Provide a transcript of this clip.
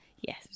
Yes